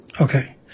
Okay